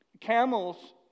camels